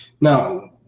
Now